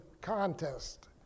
contest